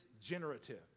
generative